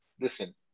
Listen